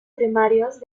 primarios